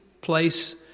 place